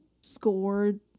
scored